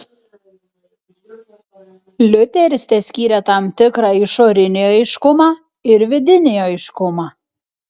liuteris teskyrė tam tikrą išorinį aiškumą ir vidinį aiškumą